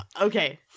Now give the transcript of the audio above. Okay